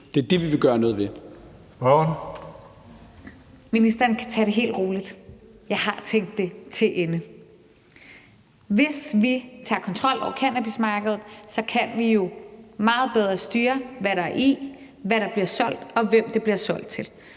Kl. 17:18 Rosa Lund (EL): Ministeren kan tage det helt roligt; jeg har tænkt det til ende. Hvis vi tager kontrol over cannabismarkedet, kan vi jo meget bedre styre, hvad der er i, hvad der bliver solgt, og hvem det bliver solgt til,